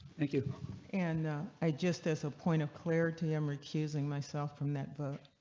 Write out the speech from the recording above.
and i just as a point of player to him recusing myself from that book.